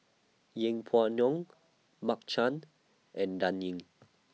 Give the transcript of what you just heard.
Yeng Pway Ngon Mark Chan and Dan Ying